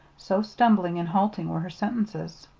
so stumbling and halting were her sentences.